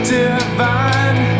divine